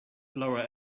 lower